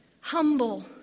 humble